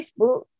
Facebook